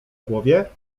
głowie